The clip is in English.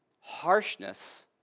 Harshness